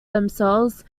themselves